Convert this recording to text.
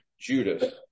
Judas